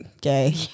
gay